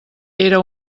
era